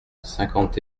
cinquante